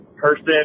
person